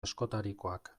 askotarikoak